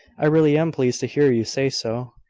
i really am pleased to hear you say so.